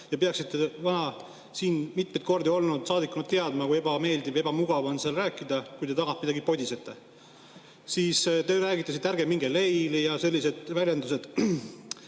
Peaksite vana, siin mitmeid kordi olnud saadikuna teadma, kui ebameeldiv ja ebamugav on seal rääkida, kui teie taga midagi podisete. Siis te räägite, et ärge minge leili, ja olid sellised väljendused.